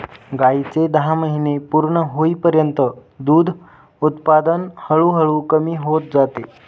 गायीचे दहा महिने पूर्ण होईपर्यंत दूध उत्पादन हळूहळू कमी होत जाते